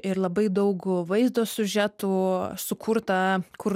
ir labai daug vaizdo siužetų sukurta kur